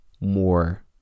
more